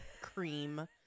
cream